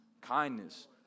kindness